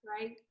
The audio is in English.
right